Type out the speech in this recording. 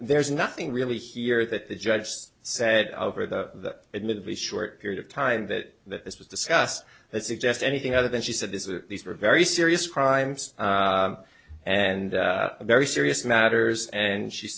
there's nothing really here that the judge has said over the admittedly short period of time that that this was discussed that suggest anything other than she said this is a these are very serious crimes and very serious matters and she